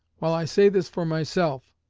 while i say this for myself,